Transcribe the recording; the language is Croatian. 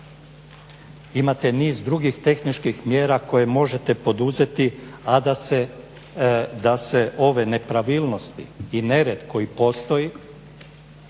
Imate niz drugih tehničkih mjera koje možete poduzeti, a da se ove nepravilnosti i nered koji postoji